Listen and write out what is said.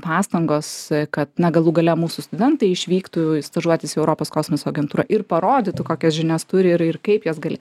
pastangos kad na galų gale mūsų studentai išvyktų į stažuotis europos kosmoso agentūrą ir parodytų kokias žinias turi ir ir kaip jas gali